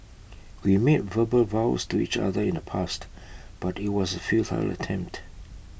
we made verbal vows to each other in the past but IT was A futile attempt